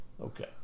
okay